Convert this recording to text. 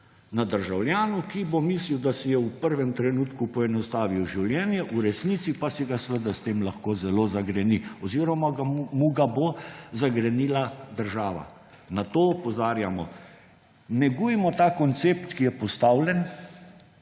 na državljanu, ki bo mislil, da si je v prvem trenutku poenostavil življenje, v resnici pa si ga lahko s tem zelo zagreni oziroma mu ga bo zagrenila država. Na to opozarjamo. Negujmo ta koncept, ki je postavljen.